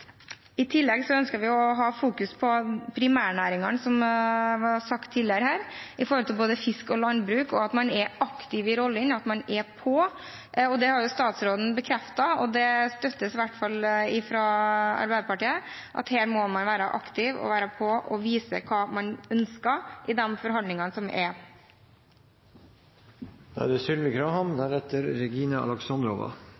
både fisk og landbruk, og at man er aktiv i rollene, at man er på. Det har statsråden bekreftet, og det støttes i hvert fall fra Arbeiderpartiet. Her må man være aktiv, være på og vise hva man ønsker i forhandlingene. De talere som heretter får ordet, har en taletid på inntil 3 minutter. EU er